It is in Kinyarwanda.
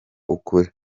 ukuri